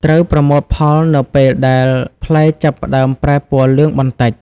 ត្រូវប្រមូលផលនៅពេលដែលផ្លែចាប់ផ្តើមប្រែពណ៌លឿងបន្តិច។